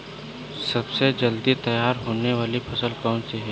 सबसे जल्दी तैयार होने वाली फसल कौन सी है?